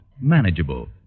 manageable